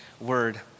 word